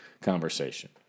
conversation